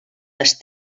les